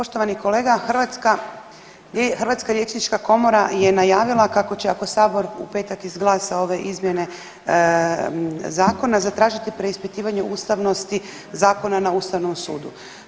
Poštovani kolega, hrvatska, Hrvatska liječnička komora je najavila kako će, ako Sabor u petak izglasa ove izmjene Zakona zatražiti preispitivanje ustavnosti zakona na Ustavnom sudu.